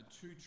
two